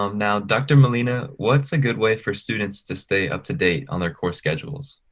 um now, dr. molina, what's a good way for students to stay up to date on their course schedules?